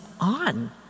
on